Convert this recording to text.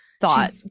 thought